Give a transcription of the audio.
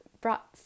brought